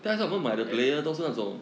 ap~